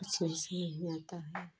उसमें से नहीं आता है